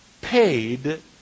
paid